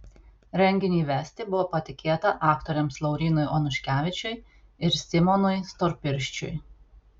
renginį vesti buvo patikėta aktoriams laurynui onuškevičiui ir simonui storpirščiui